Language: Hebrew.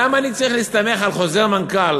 למה אני צריך להסתמך על חוזר מנכ"ל?